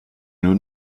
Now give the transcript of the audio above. nur